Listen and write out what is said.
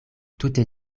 tute